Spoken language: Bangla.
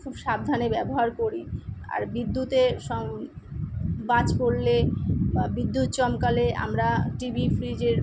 খুব সাবধানে ব্যবহার করি আর বিদ্যুতের সং বাজ পড়লে বা বিদ্যুত চমকালে আমরা টিভি ফ্রিজের